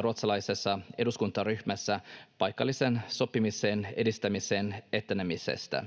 ruotsalaisessa eduskuntaryhmässä hyvin iloisia paikallisen sopimisen edistämisen etenemisestä.